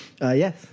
yes